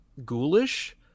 ghoulish